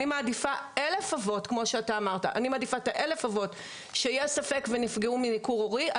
אני מעדיפה אלף אבות כמו שאמרת שנפגעו מניכור הורי,